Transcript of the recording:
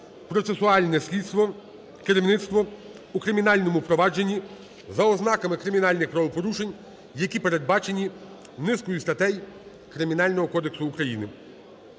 процесуальне слідство, керівництво у кримінальному провадженні, за ознаками кримінальних правопорушень, які передбачені низкою статей Кримінального кодексу України.